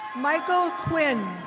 michael quinn.